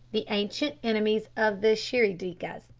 the ancient enemies of the shirry-dikas,